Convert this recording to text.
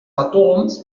atoms